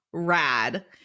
rad